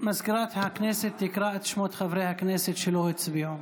מזכירת הכנסת תקרא בשמות חברי הכנסת שלא הצביעו.